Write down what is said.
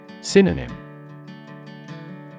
Synonym